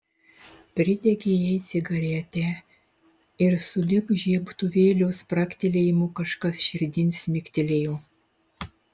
pridegė jai cigaretę ir sulig žiebtuvėlio spragtelėjimu kažkas širdin smigtelėjo